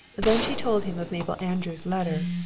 then she told him of mabel andrews' letter,